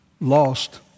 lost